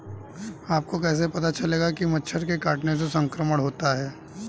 आपको कैसे पता चलेगा कि मच्छर के काटने से संक्रमण होता है?